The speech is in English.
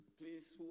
Please